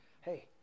hey